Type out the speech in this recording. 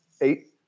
eight